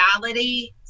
reality